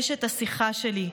אשת השיחה שלי.